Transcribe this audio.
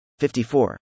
54